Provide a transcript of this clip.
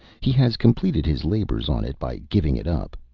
he has completed his labors on it by giving it up.